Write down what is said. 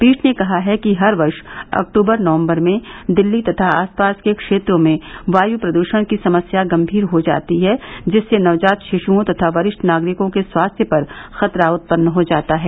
पीठ ने कहा है कि हर वर्ष अक्तूबर नवम्बर में दिल्ली तथा आस पास के क्षेत्रों में वायु प्रदूषण की समस्या गंभीर हो जाती है जिससे नवजात शिशुओं तथा वरिष्ठ नागरिकों के स्वास्थ्य पर खतरा उत्पन्न हो जाता है